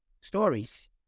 stories